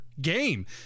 game